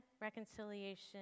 reconciliation